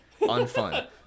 unfun